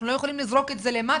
אנחנו לא יכולים לזרוק את זה למטה,